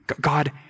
God